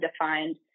defined